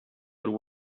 would